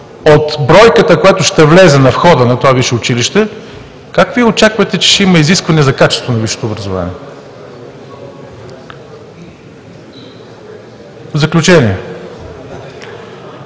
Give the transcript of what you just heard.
от бройката, която ще влезе на входа на това висше училище, как Вие очаквате, че ще има изисквания за качеството на висшето образование? В заключение,